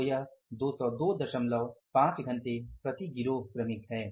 तो यह 2025 घंटे प्रति गिरोह श्रमिक है